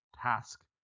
task